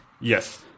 Yes